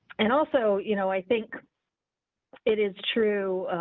and also, you know i think it is true.